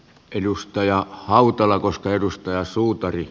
edustaja hautala koska edustaja meilläkin